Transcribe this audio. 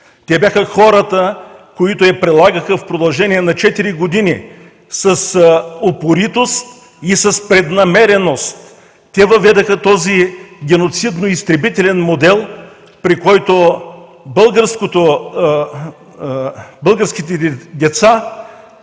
те бяха хората, които я прилагаха в продължение на четири години с упоритост и с преднамереност. Те въведоха този геноцидно-изтребителен модел, при който българските деца